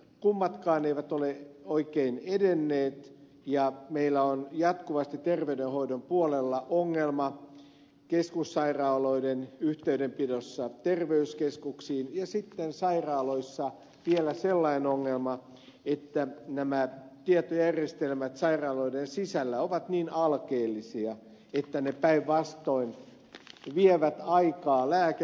kummatkaan eivät ole oikein edenneet ja meillä on jatkuvasti terveydenhoidon puolella ongelma keskussairaaloiden yhteydenpidossa terveyskeskuksiin ja sitten sairaaloissa on vielä sellainen ongelma että nämä tietojärjestelmät sairaaloiden sisällä ovat niin alkeellisia että ne päinvastoin vievät aikaa lääkäreiltä